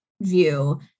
view